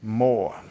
more